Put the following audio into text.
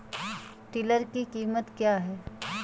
Tiller की कीमत क्या है?